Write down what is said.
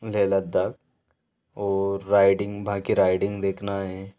लेह लद्दाख़ और राइडिंग वहाँ की राइडिंग देखना है